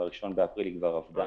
ב-1 באפריל היא כבר עבדה.